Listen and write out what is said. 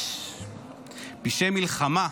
פשעי מלחמה,